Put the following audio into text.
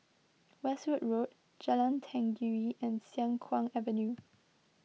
Westwood Road Jalan Tenggiri and Siang Kuang Avenue